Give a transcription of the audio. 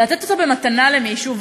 לתת אותה במתנה למישהו,